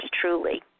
truly